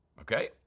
Okay